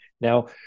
Now